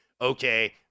okay